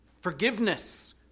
forgiveness